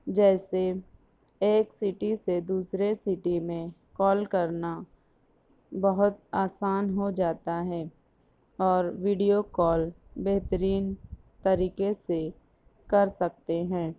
جیسے ایک سٹی سے دوسرے سٹی میں کال کرنا بہت آسان ہو جاتا ہے اور ویڈیو کال بہترین طریقے سے کر سکتے ہیں